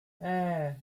eee